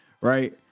right